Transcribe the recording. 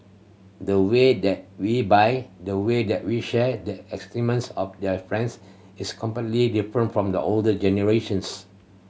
the way that we buy the way that we share their of their friends is completely different from the older generations